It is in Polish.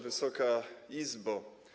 Wysoka Izbo!